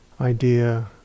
idea